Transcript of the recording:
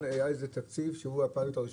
באשקלון היה איזה תקציב שהוא הפיילוט הראשון.